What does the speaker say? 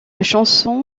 chanson